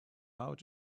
out